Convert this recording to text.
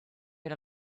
get